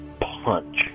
punch